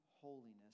holiness